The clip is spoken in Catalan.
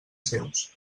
seus